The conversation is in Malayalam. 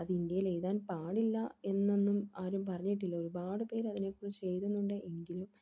അത് ഇന്ത്യയിൽ എഴുതാൻ പാടില്ല എന്നൊന്നും ആരും പറഞ്ഞിട്ടില്ല ഒരുപാടുപേർ അതിനെക്കുറിച്ച് എഴുതുന്നുണ്ട് എങ്കിലും